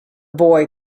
boy